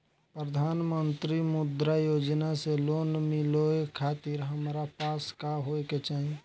प्रधानमंत्री मुद्रा योजना से लोन मिलोए खातिर हमरा पास का होए के चाही?